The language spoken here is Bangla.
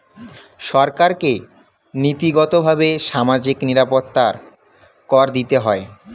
সরকারকে নীতিগতভাবে সামাজিক নিরাপত্তা কর দিতে হয়